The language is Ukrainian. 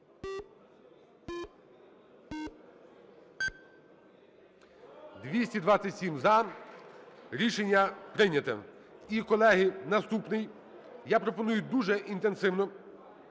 За-227 Рішення прийнято. І, колеги, наступний. Я пропоную дуже інтенсивно.